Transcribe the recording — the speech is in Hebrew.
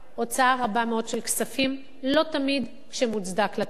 הוצאה רבה מאוד של כספים, לא תמיד כשמוצדק לתת.